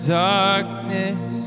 darkness